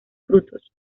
frutos